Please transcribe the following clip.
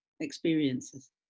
experiences